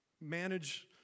manage